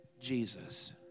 Jesus